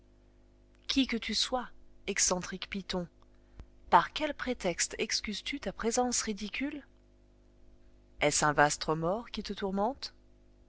qui que tu sois excentrique python par quel prétexte excuses tu ta présence ridicule est-ce un vaste remords qui te tourmente